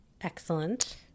Excellent